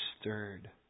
stirred